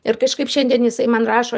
ir kažkaip šiandien jisai man rašo